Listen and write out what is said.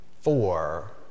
four